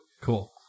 Cool